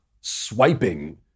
swiping